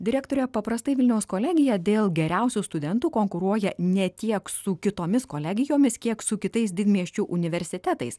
direktore paprastai vilniaus kolegija dėl geriausių studentų konkuruoja ne tiek su kitomis kolegijomis kiek su kitais didmiesčių universitetais